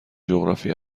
جغرافی